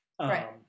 Right